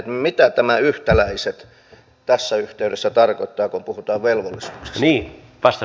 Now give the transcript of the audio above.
mitä tämä yhtäläiset tässä yhteydessä tarkoittaa kun puhutaan velvollisuuksista